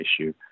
issue